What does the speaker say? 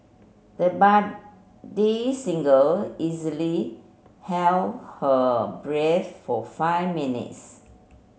the budding singer easily held her breath for five minutes